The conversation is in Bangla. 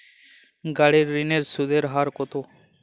গাড়ির ঋণের সুদের হার কতো?